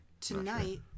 tonight